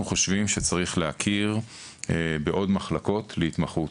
אנחנו חושבים שצריך להכיר במחלקות נוספות להתמחות.